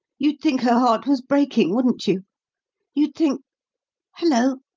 you'd think her heart was breaking, wouldn't you? you'd think hullo!